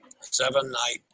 seven-night